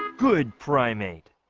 good primate